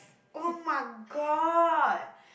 oh-my-god